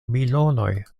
milonoj